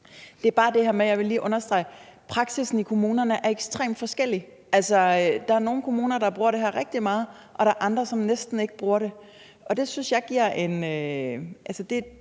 på en beretning. Jeg vil lige understrege, at praksissen i kommunerne er ekstremt forskellig. Der er nogle kommuner, der bruger det her rigtig meget, og der er andre, som næsten ikke bruger det. Det giver jo